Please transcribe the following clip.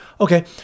okay